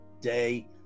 Day